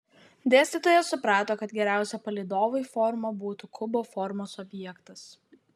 dėstytojas suprato kad geriausia palydovui forma būtų kubo formos objektas